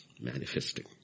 Manifesting